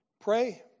Pray